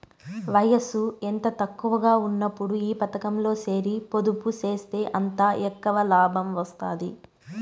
వయసు ఎంత తక్కువగా ఉన్నప్పుడు ఈ పతకంలో సేరి పొదుపు సేస్తే అంత ఎక్కవ లాబం వస్తాది